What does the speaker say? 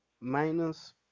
Minus